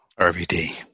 RVD